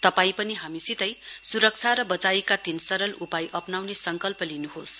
तपाईं पनि हामीसितै सुरक्षा र बचाईका तीन सरल उपाय अप्नाउने संकल्प गर्नुहोस